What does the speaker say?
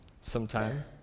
sometime